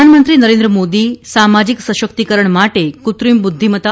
પ્રધાનમંત્રી નરેન્દ્ર મોદી સામાજીક સશકિતકરણ માટે કૃત્રિમ બુઘ્ઘિમત્તા